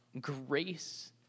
grace